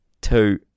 two